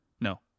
No